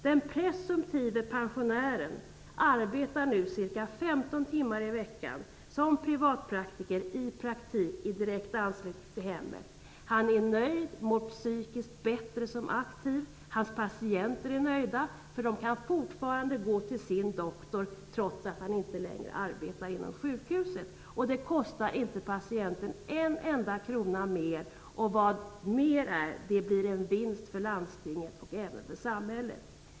Den presumtive pensionären arbetar nu ca 15 timmar i veckan som privatpraktiker i en praktik i direkt anslutning till hemmet. Han är nöjd, mår psykiskt bättre som aktiv och hans patienter är nöjda. De kan fortfarande gå till sin doktor trots att han inte längre arbetar på sjukhuset. Det kostar inte patienten en enda krona mer, och vad mer är; det blir en vinst för landstinget och även för samhället.